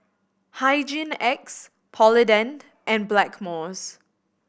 Hygin X Polident and Blackmores